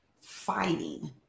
fighting